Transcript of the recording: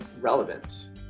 relevant